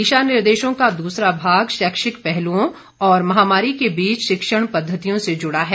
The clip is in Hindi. दिशा निर्देशों का दूसरा भाग शैक्षिक पहलुओं और महामारी के बीच शिक्षण पद्वतियों से जुड़ा है